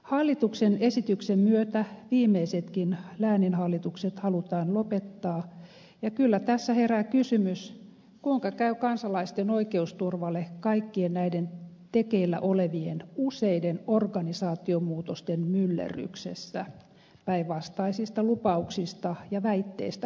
hallituksen esityksen myötä viimeisetkin lääninhallitukset halutaan lopettaa ja kyllä tässä herää kysymys kuinka käy kansalaisten oikeusturvalle kaikkien näiden tekeillä olevien useiden organisaatiomuutosten myllerryksessä päinvastaisista lupauksista ja väitteistä huolimatta